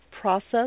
process